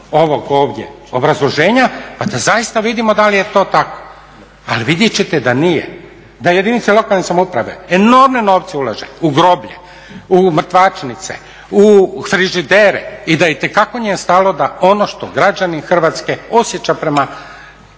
ovog ovdje obrazloženja pa da zaista vidimo da li je to tako, ali vidjet ćete da nije. Da jedinice lokalne samouprave enormne novce ulaže u groblje, u mrtvačnice, u frižidere i da itekako joj je stalo da ono što građani Hrvatske osjeća prema